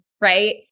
right